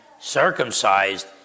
circumcised